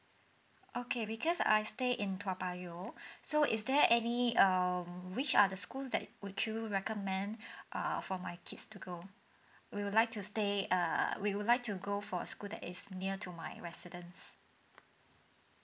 okay because I stay in toa payoh so is there any um which are the schools that would you recommend ah for my kids to go we would like to stay err we would like to go for a school that is near to my residence